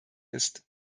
ist